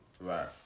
Right